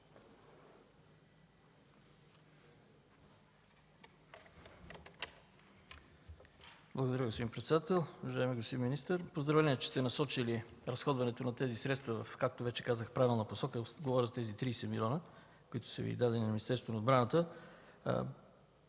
Благодаря, господин председател. Уважаеми господин министър, поздравления, че сте насочили разходването на тези средства, както вече казах, в правилна посока. Говоря за тези 30 милиона, които са дадени на Министерството на отбраната.